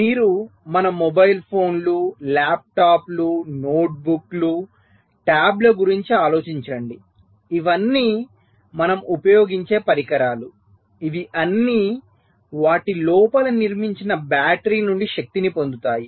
మీరు మన మొబైల్ ఫోన్లు ల్యాప్టాప్లు నోట్బుక్లు ట్యాబ్ల గురించి ఆలోచించండి ఇవన్నీ మనం ఉపయోగించే పరికరాలు ఇవిఅన్నీవాటి లోపల నిర్మించిన బ్యాటరీ నుండి శక్తిని పొందుతాయి